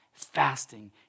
Fasting